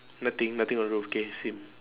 nothing nothing on the roof K same